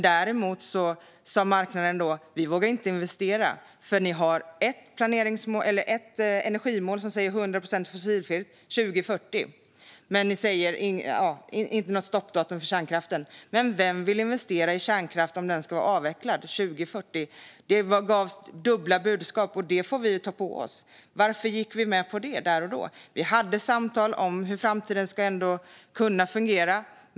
Däremot sa marknaden: Vi vågar inte investera. Ni har ett energimål som säger 100 procent fossilfritt 2040, men ni säger inte något stoppdatum för kärnkraften. Vem vill investera i kärnkraft om den ska vara avvecklad 2040? Det gavs dubbla budskap. Det får vi ta på oss. Varför gick vi med på det där och då? Vi hade samtal om hur framtiden skulle kunna fungera.